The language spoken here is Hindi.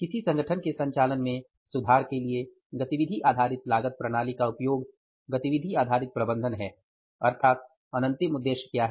किसी संगठन के संचालन में सुधार के लिए गतिविधि आधारित लागत प्रणाली का उपयोग गतिविधि आधारित प्रबंधन है अर्थात अनंतिम उद्देश्य क्या है